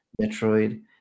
Metroid